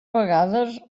vegades